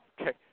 Okay